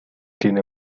tiene